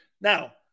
Now